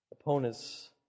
Opponents